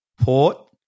Port